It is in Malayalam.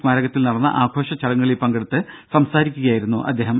സ്മാരകത്തിൽ നടന്ന ആഘോഷ ചടങ്ങളിൽ പങ്കെടുത്ത് സംസാരിക്കുകയായിരുന്നു അദ്ദേഹം